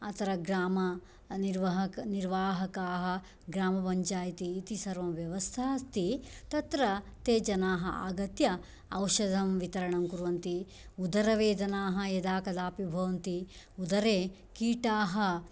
अत्र ग्राम निर्वकः निर्वाहकाः ग्रामपञ्चायति इति सर्वं व्यवस्था अस्ति तत्र ते जनाः आगत्य औषधं वितरणं कुर्वन्ति उदरवेदनाः यदा कदापि भवन्ति उदरे कीटाः